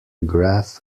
graph